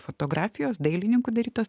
fotografijos dailininkų darytos